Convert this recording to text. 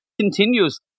continues